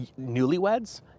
newlyweds